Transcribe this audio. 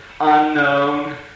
unknown